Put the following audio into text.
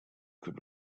could